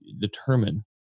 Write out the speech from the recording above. determine